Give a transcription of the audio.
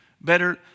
better